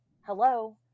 Hello